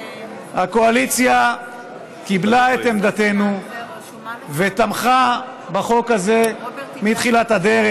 הקואליציה קיבלה את עמדתנו ותמכה בחוק הזה מתחילת הדרך.